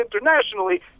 internationally